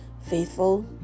Faithful